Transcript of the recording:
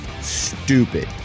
stupid